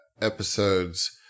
episodes